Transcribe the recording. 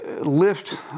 lift